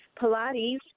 Pilates